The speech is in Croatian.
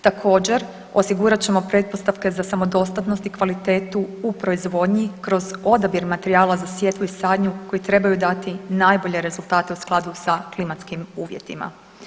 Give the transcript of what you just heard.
Također, osigurat ćemo pretpostavke za samodostatnost i kvalitetu u proizvodnji kroz odabir materijala za sjetvu i sadnju koji trebaju dati najbolje rezultate u skladu sa klimatskim uvjetima.